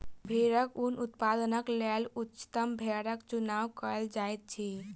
भेड़क ऊन उत्पादनक लेल उच्चतम भेड़क चुनाव कयल जाइत अछि